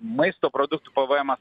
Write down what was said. maisto produktų peve emas